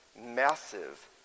massive